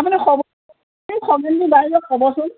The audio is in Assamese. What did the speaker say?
আপুনি ক'বচোন